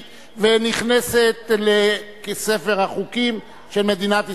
ונכנסת לספר החוקים של מדינת ישראל,